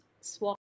swap